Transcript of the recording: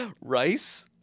Rice